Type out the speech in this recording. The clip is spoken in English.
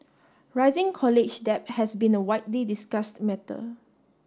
rising college debt has been a widely discussed matter